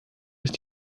ist